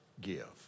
give